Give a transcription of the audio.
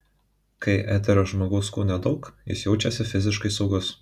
kai eterio žmogaus kūne daug jis jaučiasi fiziškai saugus